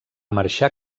marxar